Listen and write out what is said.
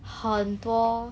很多